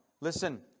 Listen